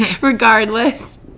Regardless